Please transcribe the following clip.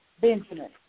Benjamin